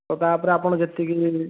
ହଉ ତା'ପରେ ଆପଣ ଯେତିକି